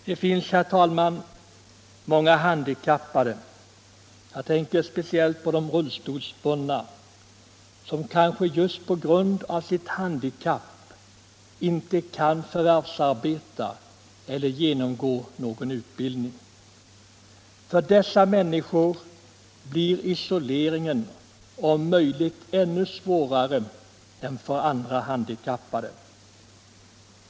Det finns, herr talman, många handikappade — jag tänker speciellt på de rullstolsbundna — som kanske just på grund av sitt handikapp inte kan förvärvsarbeta eller genomgå någon utbildning. För dessa människor blir isoleringen om möjligt ännu svårare än för andra handikappade.